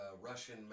Russian